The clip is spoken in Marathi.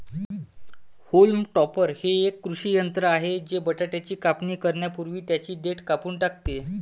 होल्म टॉपर हे एक कृषी यंत्र आहे जे बटाट्याची कापणी करण्यापूर्वी त्यांची देठ कापून टाकते